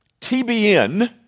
TBN